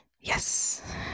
Yes